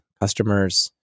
customers